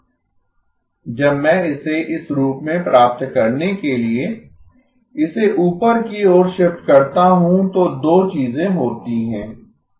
जब मैं इसे इस रूप में प्राप्त करने के लिए इसे ऊपर की ओर शिफ्ट करता हूं तो दो चीजें होती हैं एक है यह G e jω ≥ 0